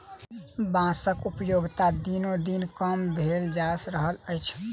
बाँसक उपयोगिता दिनोदिन कम भेल जा रहल अछि